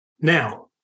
Now